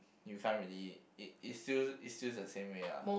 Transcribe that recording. you can't really it it still it still the same way lah